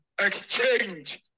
exchange